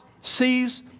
sees